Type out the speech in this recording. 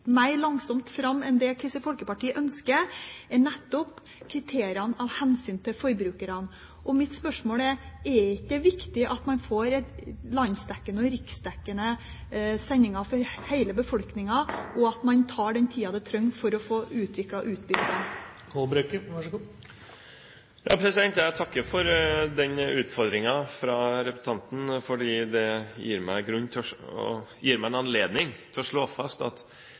mer langsomt fram enn det Kristelig Folkeparti ønsker, er nettopp kriteriet «av hensyn til forbrukerne». Mitt spørsmål er: Er det ikke viktig at man får riksdekkende sendinger for hele befolkningen, og at man tar den tida man trenger for å få utviklet utbyggingen? Jeg takker for den utfordringen fra representanten, for det gir meg anledning til å slå fast at